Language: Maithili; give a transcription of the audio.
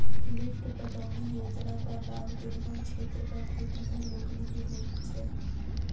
लिफ्ट पटौनी योजनाक लाभ दुर्गम क्षेत्रक खेतिहर लोकनि के होइत छै